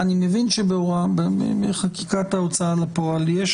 אני מבין שבחקיקת ההוצאה לפועל יש